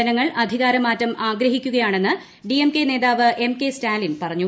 ജനങ്ങൾ അധികാരമാറ്റം ആഗ്രഹിക്കുകയാണെന്ന് ഡി എം കെ നേതാവ് എം കെ സ്റ്റാലിൻ പറഞ്ഞു